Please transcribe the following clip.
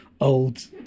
old